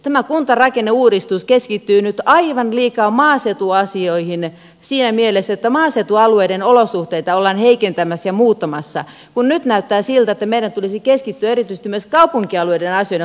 tämä kuntarakenneuudistus keskittyy nyt aivan liikaa maaseutuasioihin siinä mielessä että maaseutualueiden olosuhteita ollaan heikentämässä ja muuttamassa kun nyt näyttää siltä että meidän tulisi keskittyä erityisesti myös kaupunkialueiden asioiden hoitamiseen